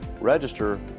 register